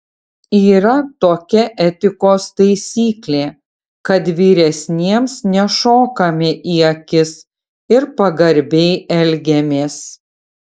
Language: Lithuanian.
yra tokia etikos taisyklė kad vyresniems nešokame į akis ir pagarbiai elgiamės